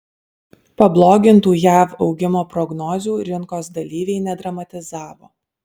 pablogintų jav augimo prognozių rinkos dalyviai nedramatizavo